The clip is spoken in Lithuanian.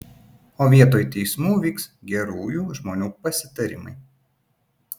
o vietoj teismų vyks gerųjų žmonių pasitarimai